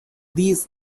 these